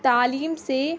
تعلیم سے